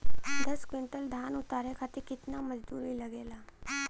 दस क्विंटल धान उतारे खातिर कितना मजदूरी लगे ला?